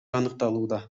аныкталууда